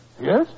Yes